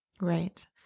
Right